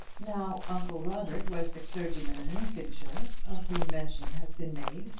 now uncle robert was the clergyman in lincolnshire of whom mention has been made,